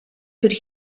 could